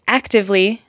actively